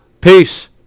Peace